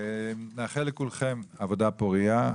אני מאחל לכולכם עבודה פורייה.